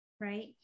right